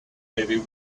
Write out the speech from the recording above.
maybe